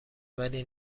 ولی